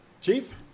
Chief